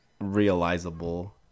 realizable